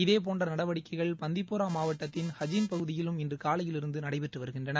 இதேபோன்ற நடவடிக்கைகள் பந்திப்போரா மாவட்டத்தின் ஹஜின் பகுதியிலும் இன்று காலையிலிருந்து நடைபெற்று வருகின்றன